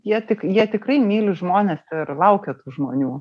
jie tik jie tikrai myliu žmones ir laukia tų žmonių